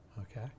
Okay